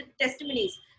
testimonies